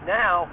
now